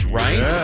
right